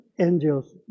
angels